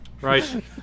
Right